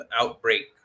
outbreak